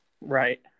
Right